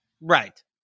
Right